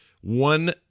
one